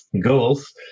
goals